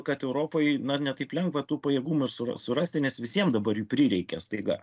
kad europoj na ne taip lengva tų pajėgumų su surasti nes visiem dabar prireikė staiga